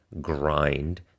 grind